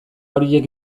horiek